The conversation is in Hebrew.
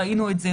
ראינו את זה.